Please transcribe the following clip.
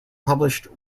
published